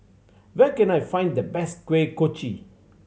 where can I find the best Kuih Kochi